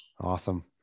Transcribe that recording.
Awesome